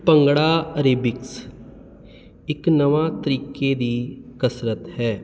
bhangra aerobics ਇੱਕ ਨਵਾਂ ਤਰੀਕੇ ਦੀ ਕਸਰਤ ਹੈ